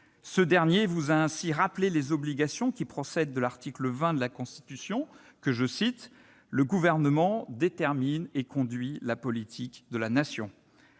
Il vous a ainsi rappelé les obligations procédant de l'article 20 de la Constitution :« Le Gouvernement détermine et conduit la politique de la Nation.